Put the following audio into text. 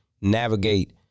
navigate